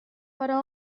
però